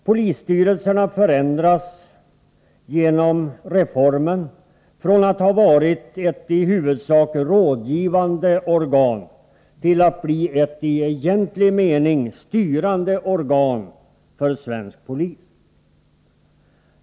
Polisstyrelserna förändras genom reformen från att ha varit i huvudsak rådgivande organ till att bli i egentlig mening styrande organ för svensk polis.